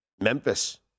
Memphis